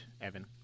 Evan